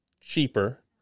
cheaper